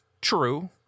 true